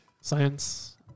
science